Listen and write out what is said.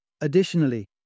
Additionally